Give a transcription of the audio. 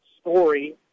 story